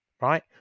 Right